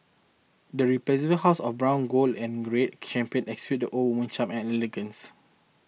the resplendent hues of brown gold and red champagne exude old when charm and elegance